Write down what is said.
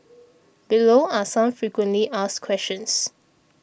below are some frequently asked questions